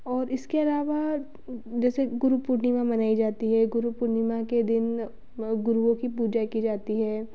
और इसके अलावा जैसे गुरु पूर्णिमा मनाई जाती है गुरु पूर्णिमा के दिन गुरुओं की पूजा की जाती है